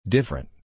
Different